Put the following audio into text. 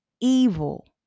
evil